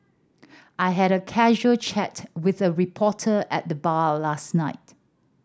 I had a casual chat with a reporter at the bar of last night